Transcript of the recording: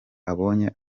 abonye